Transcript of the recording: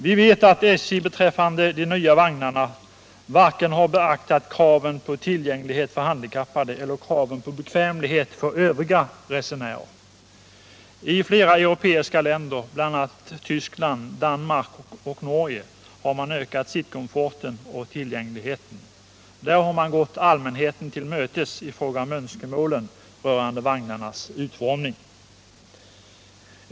Vi vet att SJ när det gäller de nya vagnarna varken har beaktat kraven på tillgänglighet för handikappade eller kraven på bekvämlighet för övriga resenärer. I flera europeiska länder, bl.a. Tyskland, Danmark och Norge, har man ökat sittkomforten och tillgängligheten. Där har man gått allmänheten till mötes beträffande önskemålen om vagnarnas utformning.